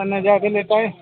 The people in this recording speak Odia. ଯାହାକି ନେତାଏ